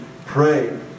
pray